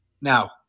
Now